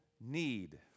need